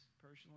personally